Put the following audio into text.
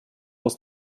muss